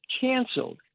canceled